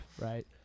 right